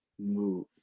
move